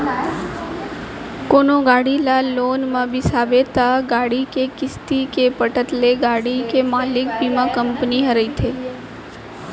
कोनो गाड़ी ल लोन म बिसाबे त गाड़ी के किस्ती के पटत ले गाड़ी के मालिक बीमा कंपनी ह रहिथे